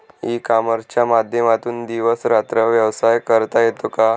E कॉमर्सच्या माध्यमातून दिवस रात्र व्यवसाय करता येतो का?